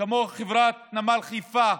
כמו חברת נמל חיפה,